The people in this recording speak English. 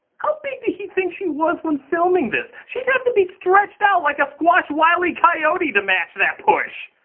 how big did he think she was when filming this? she'd have to be stretched out like a squashed wile e. coyote to match that push!